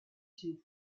sud